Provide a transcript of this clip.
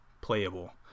playable